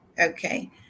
okay